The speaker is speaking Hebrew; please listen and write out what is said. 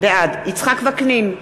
בעד יצחק וקנין,